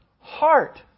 heart